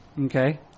Okay